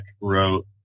wrote